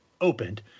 opened